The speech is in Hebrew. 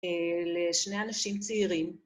לשני אנשים צעירים.